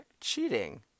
cheating